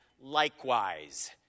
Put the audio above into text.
likewise